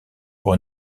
pour